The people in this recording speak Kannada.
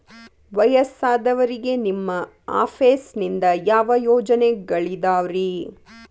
ವಯಸ್ಸಾದವರಿಗೆ ನಿಮ್ಮ ಆಫೇಸ್ ನಿಂದ ಯಾವ ಯೋಜನೆಗಳಿದಾವ್ರಿ?